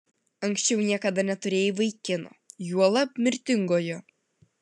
anksčiau niekada neturėjai vaikino juolab mirtingojo